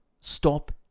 stop